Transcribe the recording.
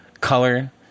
color